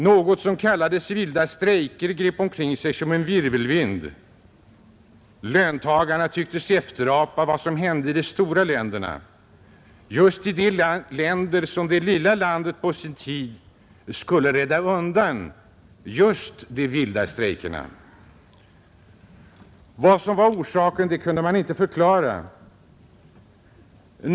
Något som kallades vilda strejker grep omkring sig som en virvelvind. Löntagarna tycktes efterapa vad som hände i de stora länderna, de länder som det lilla landet på sin tid skulle rädda undan just de vilda strejkerna. Vad som var orsaken kunde man inte förklara.